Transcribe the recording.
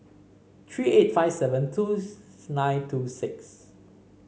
three eight five seven two nine two six